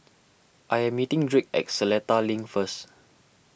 I am meeting Drake at Seletar Link first